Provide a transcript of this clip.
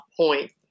point